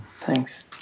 thanks